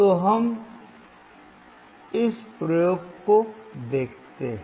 तो हम इस प्रयोग को देखते हैं